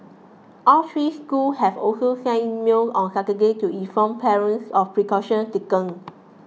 all three school have also sent email on Saturday to inform parents of precaution taken